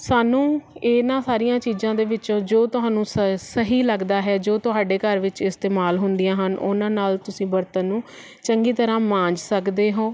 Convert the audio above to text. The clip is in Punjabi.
ਸਾਨੂੰ ਇਹ ਨਾ ਸਾਰੀਆਂ ਚੀਜ਼ਾਂ ਦੇ ਵਿੱਚੋਂ ਜੋ ਤੁਹਾਨੂੰ ਸ ਸਹੀ ਲੱਗਦਾ ਹੈ ਜੋ ਤੁਹਾਡੇ ਘਰ ਵਿੱਚ ਇਸਤੇਮਾਲ ਹੁੰਦੀਆਂ ਹਨ ਉਹਨਾਂ ਨਾਲ ਤੁਸੀਂ ਬਰਤਨ ਨੂੰ ਚੰਗੀ ਤਰ੍ਹਾਂ ਮਾਂਜ ਸਕਦੇ ਹੋ